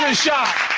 ah shot!